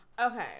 Okay